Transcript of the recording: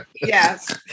Yes